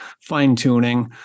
fine-tuning